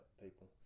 people